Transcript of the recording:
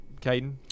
Caden